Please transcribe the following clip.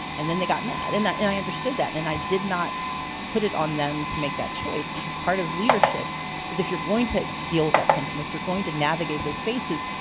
and then they got mad. and and i understood that. and i did not put it on them to make that choice because part of leadership is if you're going to deal with that tension, if you're going to navigate those spaces,